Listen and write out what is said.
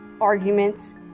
arguments